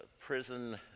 prison